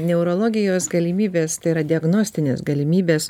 neurologijos galimybės tai yra diagnostinės galimybės